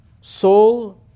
soul